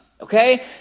Okay